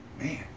Man